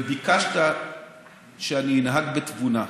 כי אתה פנית אליי וביקשת שאני אנהג בתבונה.